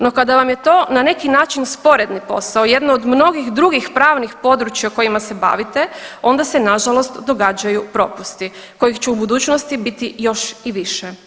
No kada vam je to na neki način sporedni posao, jedno od mnogih drugih pravnih područja kojima se bavite onda se na žalost događaju propusti kojih će u budućnosti biti još i više.